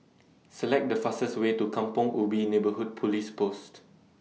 Select The fastest Way to Kampong Ubi Neighbourhood Police Post